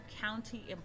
county